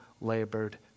labored